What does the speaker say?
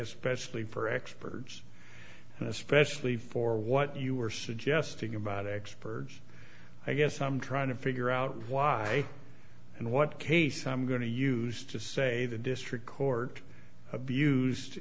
especially for experts and especially for what you are suggesting about experts i guess i'm trying to figure out why and what case i'm going to use to say the district court abused